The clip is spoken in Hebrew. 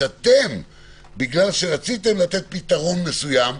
שבגלל שרציתם לתת פתרון מסוים,